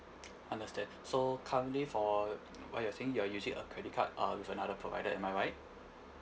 understand so currently for what you think you are using a credit card uh with another provider am I right